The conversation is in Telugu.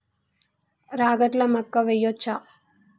రాగట్ల మక్కా వెయ్యచ్చా?